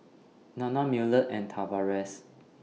Nanna Millard and Tavares